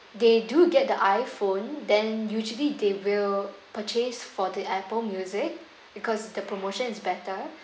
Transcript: they do get the iPhone then usually they will purchase for the Apple music because the promotion is better